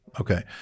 Okay